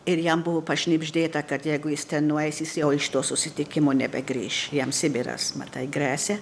ir jam buvo pašnibždėta kad jeigu jis ten nueis jis jau iš to susitikimo nebegrįš jam sibiras matai gresia